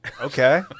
Okay